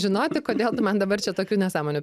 žinoti kodėl tu man dabar čia tokių nesąmonių